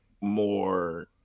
more